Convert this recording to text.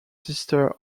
sister